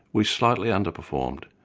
we slightly underperformed,